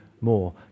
More